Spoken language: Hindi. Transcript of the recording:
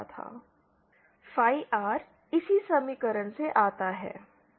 LI1Xc212Xcsin 2 LI 1 12 XC sin ∅ cos ∅ 0 Z0 cot rLvp 12rC Phi R इसी समीकरण से आता है